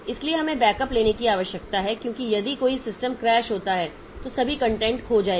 इसलिए हमें बैकअप लेने की आवश्यकता है क्योंकि यदि कोई सिस्टम क्रैश होता है तब सभी कंटेंट खो जाएगी